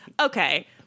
okay